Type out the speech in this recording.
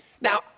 Now